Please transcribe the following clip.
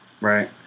right